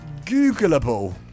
Googleable